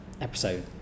episode